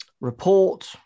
report